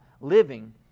living